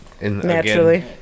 Naturally